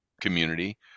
community